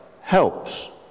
helps